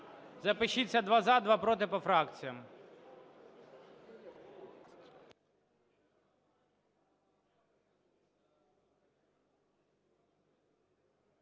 Запишіться: два – за, два – проти по фракціям.